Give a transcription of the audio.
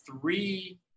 three